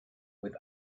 with